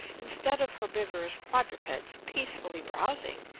instead of herbivorous quadrupeds peacefully browsing,